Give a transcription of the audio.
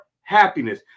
happiness